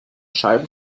scheiben